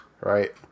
right